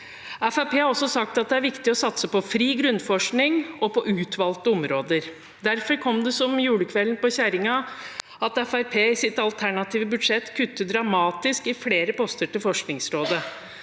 har også sagt at det er viktig å satse på fri grunnforskning og på utvalgte områder. Derfor kom det som julekvelden på kjerringa at Fremskrittspartiet i sitt alternative budsjett kutter dramatisk i flere poster til Forskningsrådet,